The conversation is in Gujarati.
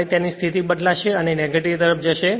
અને તેની સ્થિતિ બદલાશે અને નેગેટિવ તરફ જશે